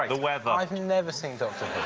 the weather. i've never seen doctor